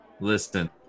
Listen